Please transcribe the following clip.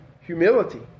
humility